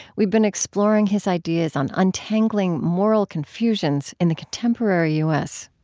we've been exploring his ideas on untangling moral confusions in the contemporary u s